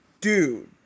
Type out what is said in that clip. dude